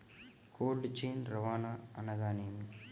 Cold chain రవాణా అనగా నేమి?